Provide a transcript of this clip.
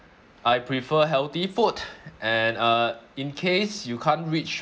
I prefer healthy food and uh in case you can't reach